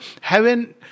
heaven